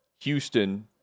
Houston